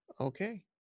okay